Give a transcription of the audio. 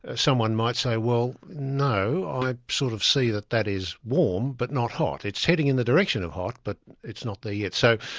ah someone might say, well no, i sort of see that that is warm but not hot. it's heading in the direction of hot, but it's not there yet. so,